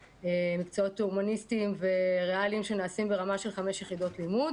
מקצועות ריאליים והומניים ברמה של חמש יחידות לימוד.